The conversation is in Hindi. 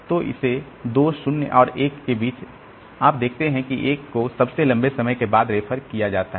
तो इस 2 0 और 1 के बीच आप देखते हैं कि 1 को सबसे लंबे समय के बाद रेफर किया जाता है